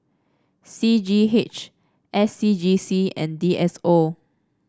C G H S C G C and D S O